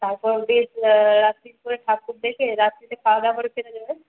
তারপর রাত্তির করে ঠাকুর দেখে রাত্রিতে খাওয়াদাওয়া করে ফেরা যাবে